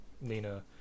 Nina